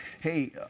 Hey